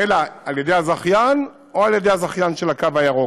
אלא על ידי הזכיין או על ידי הזכיין של הקו הירוק.